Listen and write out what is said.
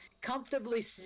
comfortably